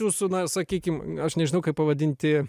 jūsų na sakykim aš nežinau kaip pavadinti